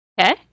Okay